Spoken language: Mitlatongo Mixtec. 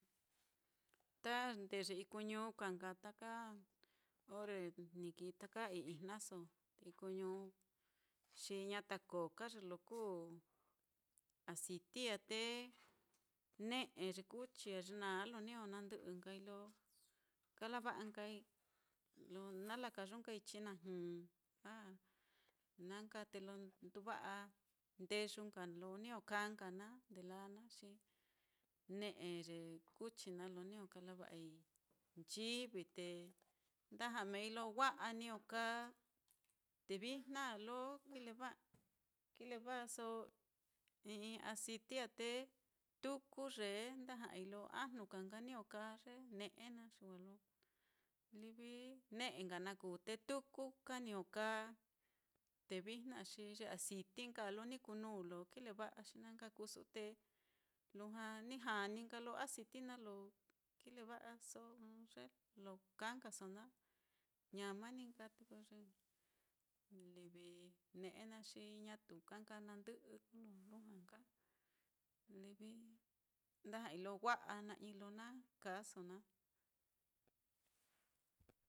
Ta ndeye ikuñu ka nka taka orre ni kii ta ii-ijnaso nde ikuñu, xi ñata koo ka ye lo kuu aciti á, te ne'e ye kuchi á, ye naá lo niño na ndɨ'ɨ nkai lo kalava'a nkai, lo nala kayu nkai chinajɨ, a na nka te lo nduva'a, ndeyu nka lo niño kaa nka naá, ndelaa naá xi ne'e ye kuchi naá, lo niño kalava'ai nchivi, te nda ja'a meei lo wa'a niño kaa. Te vijna lo kileva'aso i'i aciti á, te tuku yee nda ja'ai lo ajnu ka nka niño kaa ye ne'e naá, xi wa lo livi ne'e nka na kuu, te tuku ka niño kaa, te vijna á xi ye aciti nka á lo ni kuu nuu lo kileva'a, xi na nka kuu su'u te lujua ni jaa ni nka lo aciti naá lo kileva'aso ɨ́ɨ́n ye lo kaa nkaso naá, ñama ni nka te ko ye livi ne'e naá xi ñatu ka nka na ndɨ'ɨ, kolo lujua nka nda ja'ai lo wa'a na'i lo na kaaso naá.